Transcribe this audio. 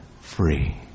free